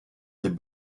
wir